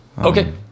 Okay